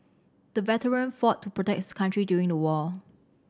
the veteran fought to protect his country during the war